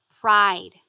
pride